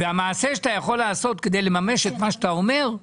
והמעשה שאתה יכול לעשות כדי לממש את מה שאתה אומר,